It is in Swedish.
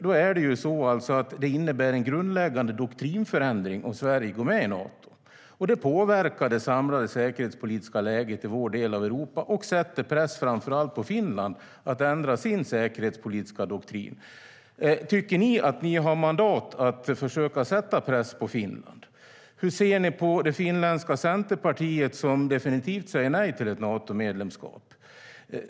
Det innebär en grundläggande doktrinförändring om Sverige går med i Nato, och det påverkar det samlade säkerhetspolitiska läget i vår del av Europa och sätter press på framför allt Finland att ändra sin säkerhetspolitiska doktrin. Tycker ni att ni har mandat att försöka sätta press på Finland? Hur ser ni på det finländska centerpartiet, som definitivt säger nej till ett Natomedlemskap?